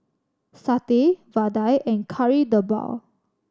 satay vadai and Kari Debal